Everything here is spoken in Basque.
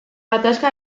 gatazka